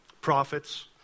prophets